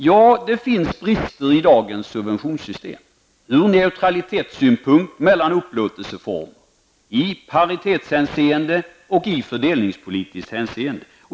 Ja, det finns brister i dagens subventionssystem: ur neutralitetssynpunkt mellan upplåtelseformerna, i paritetshänseende och i fördelningspolitiskt hänseende.